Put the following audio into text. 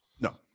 No